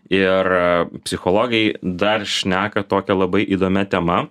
ir psichologai dar šneka tokia labai įdomia tema